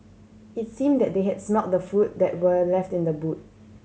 it's seem that they had smelt the food that were left in the boot